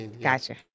Gotcha